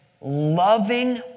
loving